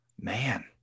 Man